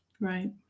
Right